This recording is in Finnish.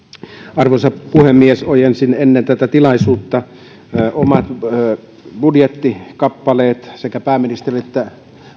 arvoisa puhemies ojensin ennen tätä tilaisuutta omat budjettikappaleet sekä pääministerille että